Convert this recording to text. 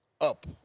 up